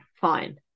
fine